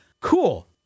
Cool